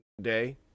day